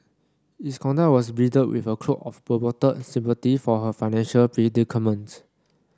his conduct was bridled with a cloak of purported sympathy for her financial predicament